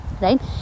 right